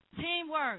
Teamwork